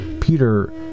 Peter